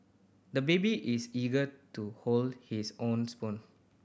the baby is eager to hold his own spoon